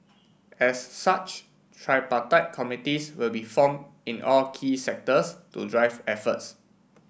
as such tripartite committees will be formed in all key sectors to drive efforts